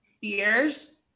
years